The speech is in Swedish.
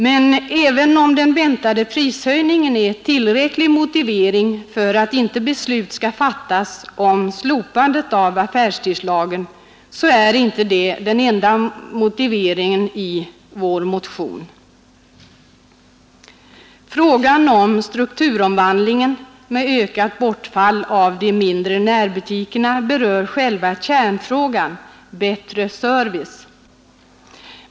Men även om den väntade prishöjningen är tillräcklig motivering för att inte fatta beslut om slopande av affärstidslagen, så är inte det den enda motiveringen i vår motion. Strukturomvandlingen med ökat bortfall av de mindre närbutikerna berör själva kärnfrågan: bättre service.